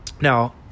Now